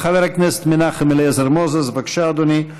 חבר הכנסת מנחם אליעזר מוזס, בבקשה, אדוני.